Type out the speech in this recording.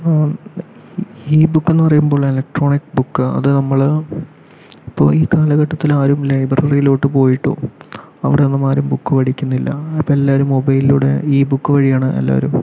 E book എന്ന് പറയുമ്പോൾ electronic book അത് നമ്മള് ഇപ്പോൾ ഈ കാലഘട്ടത്തില് ആരും ലൈബ്രറിയിലോട്ട് പോയിട്ടോ അവിടെ നിന്ന് ആരും ബുക്ക് മേടിക്കുന്നില്ല അപ്പോൾ എല്ലാവരും മൊബൈലിലൂടെ ഇ ബുക്ക് വഴിയാണ് എല്ലാവരും